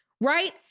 right